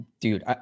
Dude